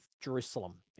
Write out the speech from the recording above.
Jerusalem